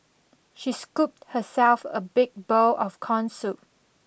she scooped herself a big bowl of corn soup